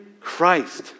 Christ